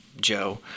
Joe